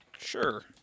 Sure